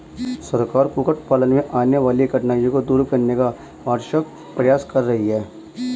सरकार कुक्कुट पालन में आने वाली कठिनाइयों को दूर करने का भरसक प्रयास कर रही है